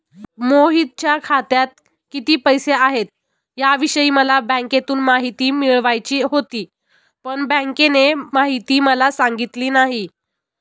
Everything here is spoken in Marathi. मोहितच्या खात्यात किती पैसे आहेत याविषयी मला बँकेतून माहिती मिळवायची होती, पण बँकेने माहिती मला सांगितली नाही